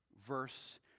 verse